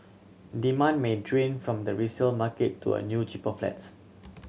demand may drain from the resale market to a new cheaper flats